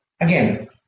Again